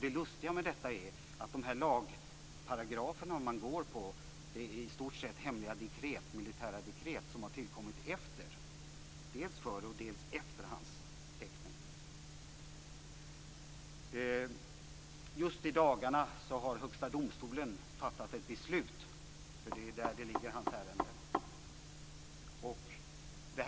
Det lustiga med detta är att de lagparagrafer man går efter i stort sett är hemliga militära dekret som har tillkommit dels före och dels efter hans häktning. Just i dagarna har Högsta domstolen fattat ett beslut. Det är där hans ärende ligger.